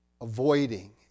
avoiding